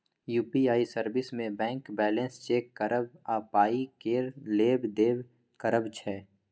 UPI service मे bank balance check करब आ पाइ केर लेब देब करब छै